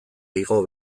igo